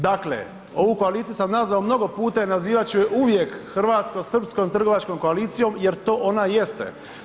Dakle, ovu koaliciju sam nazvao mnogo puta i nazivat ću ju je uvijek hrvatsko-srpskom trgovačkom koalicijom jer to ona jeste.